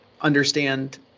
understand